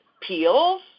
peels